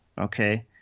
okay